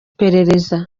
iperereza